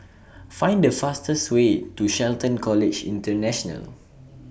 Find The fastest Way to Shelton College International